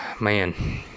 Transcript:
Man